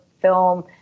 film